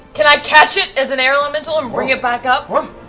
can i catch it as an air elemental and bring it back up? um